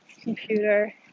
computer